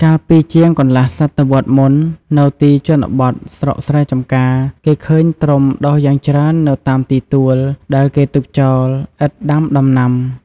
កាលពីជាងកន្លះសតវត្សមុន នៅទីជនបទស្រុកស្រែចម្ការ គេឃើញត្រុំដុះយ៉ាងច្រើននៅតាមទីទួល ដែលគេទុកចោលឥតដាំដំណាំ។